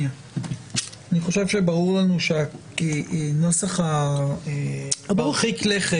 אני חושב שברור לנו שהנוסח מרחיק הלכת